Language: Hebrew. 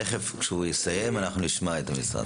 כשהוא יסיים, אנחנו נשמע את המשרד.